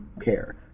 care